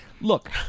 look